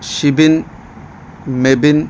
Shibin Mebin